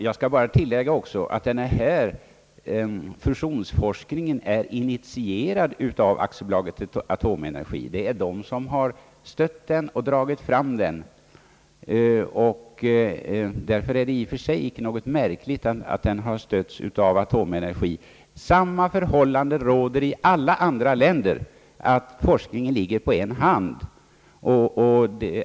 Jag skall bara tillägga att denna fusionsforskning är initierad av AB Atomenergi. Det är Atomenergi som har stött den och drivit fram den, och det är i och för sig inte något märkligt att den har stötts av Atomenergi. Samma förhållande råder i alla andra länder, nämligen att forskningen ligger på en hand.